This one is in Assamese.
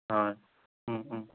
হয়